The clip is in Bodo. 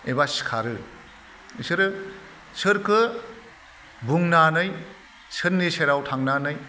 एबा सिखारो बिसोरो सोरखो बुंनानै सोरनि सेराव थांनानै